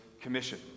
Commission